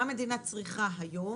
מה היא צריכה היום